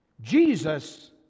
jesus